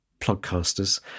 podcasters